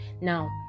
Now